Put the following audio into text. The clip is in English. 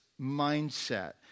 mindset